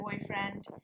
boyfriend